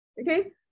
Okay